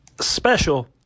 special